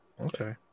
Okay